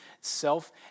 self